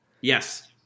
yes